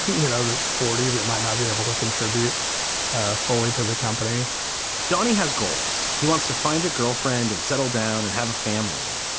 you know, that's forty. that might not be able to contribute ah fully to the company donny has goals. he wants to find a girlfriend and settle down and have a family.